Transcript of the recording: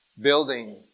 building